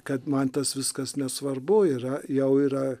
kad man tas viskas nesvarbu yra jau yra